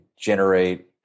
generate